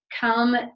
come